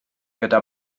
gyda